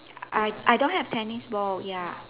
I I don't have tennis ball ya